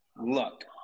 luck